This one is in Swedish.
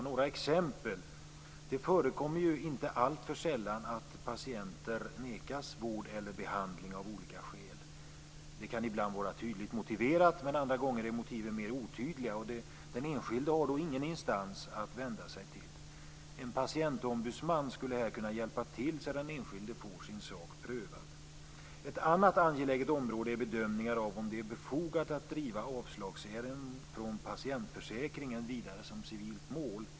Några exempel: Det förekommer inte alltför sällan att patienter nekas vård eller behandling av olika skäl. Det kan ibland vara tydligt motiverat, men andra gånger är motiven mer otydliga. Den enskilde har då ingen instans att vända sig till. En patientombudsman skulle här kunna hjälpa till så att den enskilde får sin sak prövad. Ett annat angeläget område är bedömningar av om det är befogat att driva avslagsärenden från patientförsäkringen vidare som civilmål.